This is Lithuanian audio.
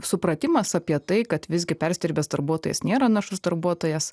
supratimas apie tai kad visgi persidirbęs darbuotojas nėra našus darbuotojas